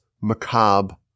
macabre